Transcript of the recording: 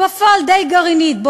בפועל היא די גרעינית,